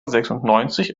sechsundneunzig